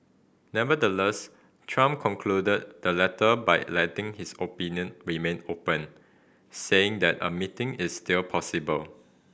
Nevertheless Trump concluded the letter by letting his option remain open saying that a meeting is still possible